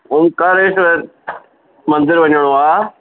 ओमकारेश्वर मंदरु वञिणो आहे